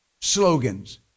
slogans